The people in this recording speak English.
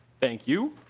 thank you.